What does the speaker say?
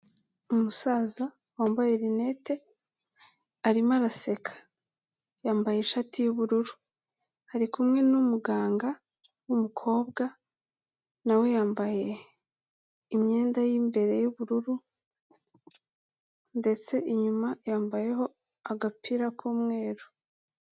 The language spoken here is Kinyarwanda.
Umusaza wambaye rinete, arimo araseka, yambaye ishati y'ubururu, ari kumwe n'umuganga w'umukobwa na we yambaye imyenda y'imbere y'ubururu ndetse inyuma yambayeho agapira k'umweru.